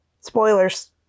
spoilers